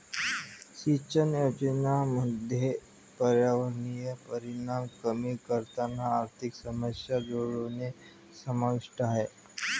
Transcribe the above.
सिंचन योजनांमध्ये पर्यावरणीय परिणाम कमी करताना आर्थिक समस्या सोडवणे समाविष्ट आहे